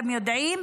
אתם יודעים,